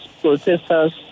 protesters